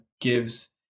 gives